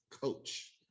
coach